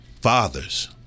Fathers